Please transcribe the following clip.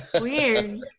weird